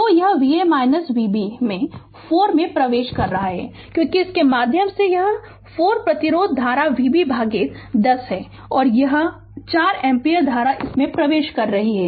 Refer Slide Time 2051 तो यह Va Vb में 4 से प्रवेश कर रहा है क्योंकि इसके माध्यम से यह 4 प्रतिरोध धारा Vb भागित 10 है और यह 4 एम्पीयर धारा इसमें प्रवेश कर रही है